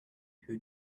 who